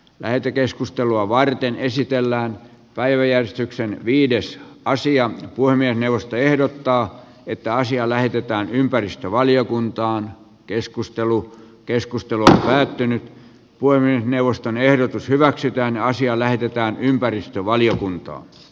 lähetekeskustelua varten esitellään päiväjärjestyksen viides parsia voimien neuvosto ehdottaa että asia lähetetään ympäristövaliokuntaan keskustelu keskustelu päättynyt voimme neuvoston ehdotus hyväksytään naisia suomen alueella